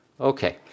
Okay